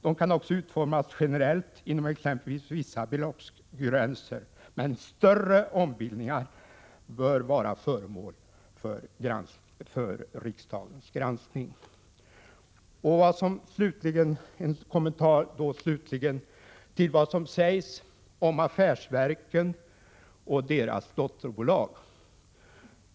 De kan också utformas generellt inom exempelvis vissa beloppsgränser, men större ombildningar bör vara föremål för riksdagens granskning. Jag vill slutligen göra en kommentar till vad som sägs om affärsverken och deras dotterbolag.